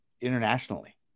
internationally